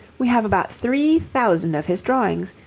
we have about three thousand of his drawings,